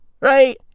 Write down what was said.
Right